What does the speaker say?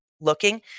looking